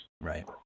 Right